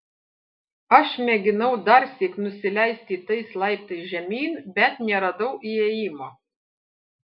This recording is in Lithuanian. aš mėginau darsyk nusileisti tais laiptais žemyn bet neradau įėjimo